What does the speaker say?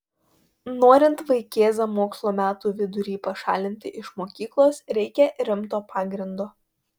norint vaikėzą mokslo metų vidury pašalinti iš mokyklos reikia rimto pagrindo